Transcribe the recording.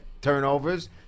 turnovers